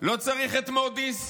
לא צריך את מודי'ס,